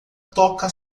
toca